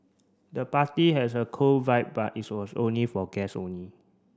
the party has a cool vibe but it was only for guests only